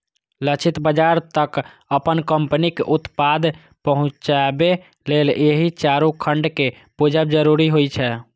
लक्षित बाजार तक अपन कंपनीक उत्पाद पहुंचाबे लेल एहि चारू खंड कें बूझब जरूरी होइ छै